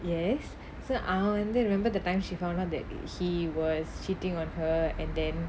yes so I wonder you remember that time she found out that he was cheating on her and then